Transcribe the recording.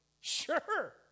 Sure